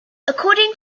according